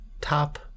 top